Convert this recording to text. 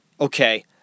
Okay